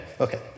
okay